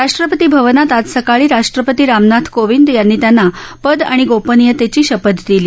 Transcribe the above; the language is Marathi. राष्ट्रपती भवनात आज सकाळी राष्ट्रपती रामनाथ कोविंद यांनी त्यांना पद आणि गोपनीयतेची शपथ दिली